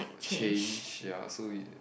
change ya so y~